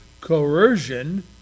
coercion